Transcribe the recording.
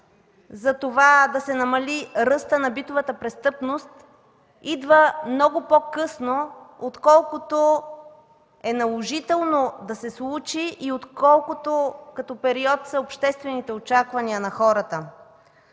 за това да се намали ръстът на битовата престъпност, идва много по-късно, отколкото е наложително да се случи и отколкото като период са обществените очаквания на хората.